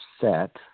set